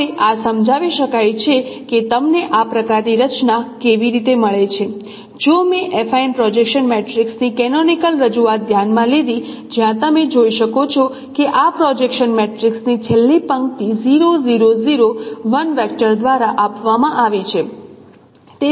હવે આ સમજાવી શકાય છે કે તમને આ પ્રકારની રચના કેવી રીતે મળે છે જો મેં એફાઇન પ્રોજેક્શન મેટ્રિક્સની કેનોનિકલ રજૂઆત ધ્યાનમાં લીધી જ્યાં તમે જોઈ શકો છો કે આ પ્રોજેક્શન મેટ્રિક્સની છેલ્લી પંક્તિ 0 0 0 1 વેક્ટર દ્વારા આપવામાં આવી છે